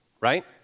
right